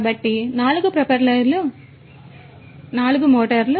కాబట్టి 4 ప్రొపెల్లర్లు ఉన్నాయి 4 మోటార్లు